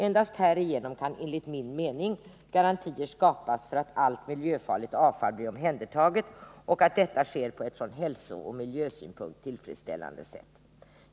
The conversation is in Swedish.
Endast härigenom kan enligt min mening garantier skapas för att allt miljöfarligt avfall blir omhändertaget och att detta sker på ett från hälsooch miljösynpunkt tillfredsställande sätt.